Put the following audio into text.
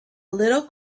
little